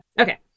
Okay